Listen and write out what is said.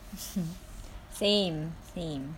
same same